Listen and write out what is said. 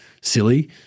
silly